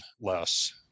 less